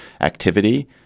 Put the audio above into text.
activity